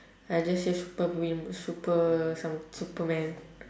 I just say super meal super somet~ superman